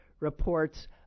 Reports